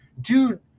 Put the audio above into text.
Dude